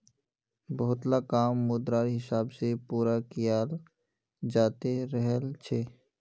बहुतला काम मुद्रार हिसाब से पूरा कियाल जाते रहल छे